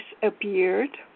disappeared